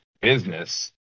business